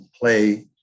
play